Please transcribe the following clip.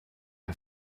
are